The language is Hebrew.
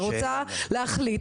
רוצה להחליט,